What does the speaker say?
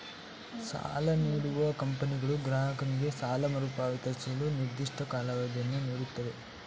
ಸಾಲ ನೀಡುವ ಕಂಪನಿಗಳು ಗ್ರಾಹಕನಿಗೆ ಸಾಲ ಮರುಪಾವತಿಸಲು ನಿರ್ದಿಷ್ಟ ಕಾಲಾವಧಿಯನ್ನು ನೀಡುತ್ತವೆ